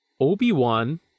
Obi-Wan